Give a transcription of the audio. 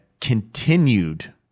continued